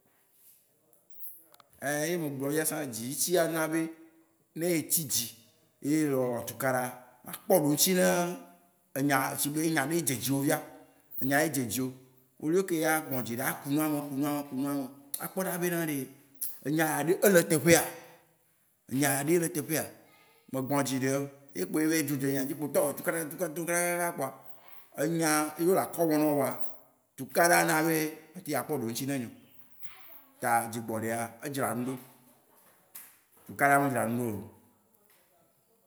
eyi me gblɔ fia tsã. Dzi tsi tsi ana be, ne etsi dzi ye le wɔ tukaɖa, ma kpɔ ɖo ŋuti ne enya, sigbe enya ɖe ye dze dzi wò fia, enya ye dze dzi wò. Au lieu keye agbɔ dzi ɖɛ aku nua me, aku nua me, aku nua me, a kpɔɖa be na ɖe enya ya ɖe, ele e teƒea? Enya ya ɖe ele e teƒea? Me gbɔ̃ dzi ɖɛo. Ye kpo avayi dzro dze enya dzi kpo tɔ tukaɖa tukaɖa kaka kpoa, enyaa dzo le akɔ me ná wò vɔa, tukaɖa na be me te dza kpɔ ɖo ŋuti ne enya oo. Ta dzi gbɔ̃ ɖɛa, edzra na nu ɖo. Tukaɖa me dzra na nu ɖo o loo.